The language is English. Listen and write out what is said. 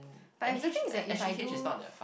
but exacting is like if I do